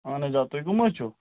آہن حظ آ تُہۍ کَم حظ چھُ